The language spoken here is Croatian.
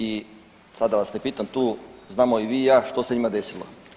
I sad da vas ne pitam tu, znamo i vi i ja što se njima desilo.